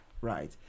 right